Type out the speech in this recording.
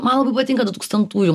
man labai patinka dutūkstantųjų